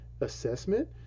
assessment